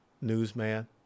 newsman